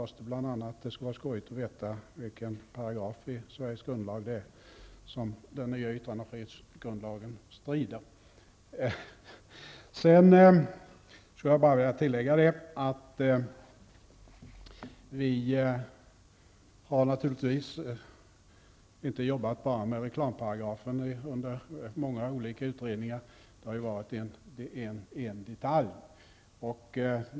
Det skulle vara intressant att få veta vilken paragraf i Sveriges grundlag som den nya yttrandefrihetsgrundlagen strider mot. De olika utredningar som arbetat med yttrandefrihetslagen har naturligtvis inte bara sysslat med reklamparagrafen, som ju endast är en detalj.